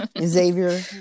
xavier